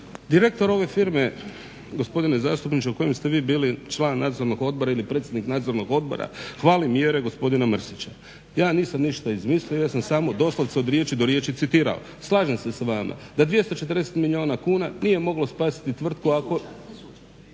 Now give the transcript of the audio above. Direktor ove firme gospodine zastupniče u kojem ste vi bili član nadzornog odbora ili predsjednik nadzornog odbora hvali mjere gospodina Mrsića. Ja nisam ništa izmislio ja sam samo doslovce od riječi do riječi citirao. Slažem se s vama da 240 milijuna kuna nije moglo spasiti tvrtku,